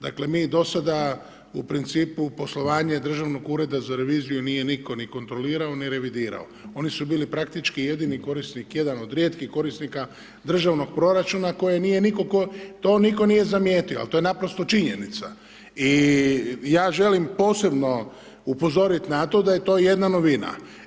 Dakle mi do sada u principu poslovanje Državnog ureda za reviziju nije nitko ni kontrolirao ni revidirao, oni su bili praktički jedini korisnik, jedan od rijetkih korisnika državnog proračuna koji nije nitko, to nitko nije zamijetio ali to je naprosto činjenica i ja želim posebno upozoriti na to da je to jedna novina.